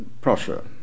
Prussia